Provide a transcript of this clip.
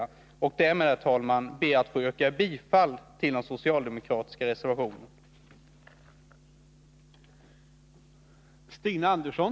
Jag ber därmed, herr talman, att få yrka bifall till den socialdemokratiska reservationen.